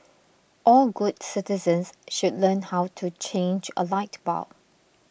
all good citizens should learn how to change a light bulb